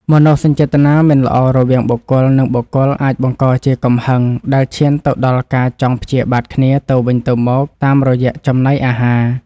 មនោសញ្ចេតនាមិនល្អរវាងបុគ្គល និងបុគ្គលអាចបង្កជាកំហឹងដែលឈានទៅដល់ការចង់ព្យាបាទគ្នាទៅវិញទៅមកតាមរយៈចំណីអាហារ។